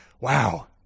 Wow